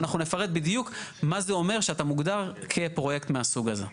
אנחנו נפרט בדיוק מה זה אומר שאתה מוגדר כפרויקט מהסוג הזה.